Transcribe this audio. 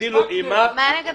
מה לגבי